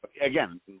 Again